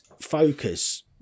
focus